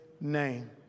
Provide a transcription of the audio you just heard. name